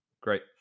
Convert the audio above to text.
great